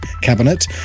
cabinet